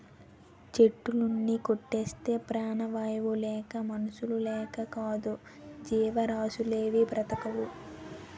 చెట్టులుని కొట్టేస్తే ప్రాణవాయువు లేక మనుషులేకాదు జీవరాసులేవీ బ్రతకవు